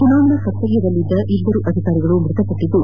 ಚುನಾವಣಾ ಕರ್ತವ್ಯದಲ್ಲಿದ್ದ ಇಬ್ಬರು ಅಧಿಕಾರಿಗಳು ಮೃತಪಟ್ಟದ್ದು